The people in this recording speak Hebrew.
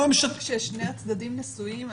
לא --- כששני הצדדים נשואים,